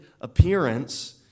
appearance